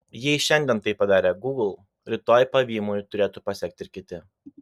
jei šiandien tai padarė gūgl rytoj pavymui turėtų pasekti ir kiti